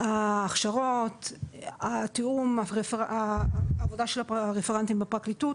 ההכשרות, התיאום, העבודה של הרפרנטים בפרקליטות